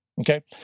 okay